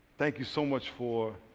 thank you so much for